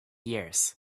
years